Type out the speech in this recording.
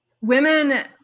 Women